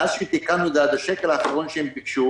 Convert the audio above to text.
מאז שתיקנו אותה עד השקל האחרון שהם ביקשו,